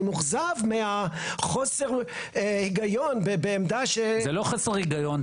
אני מאוכזב מהחוסר הגיון בעמדה -- זה לא חוסר היגיון,